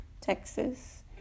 Texas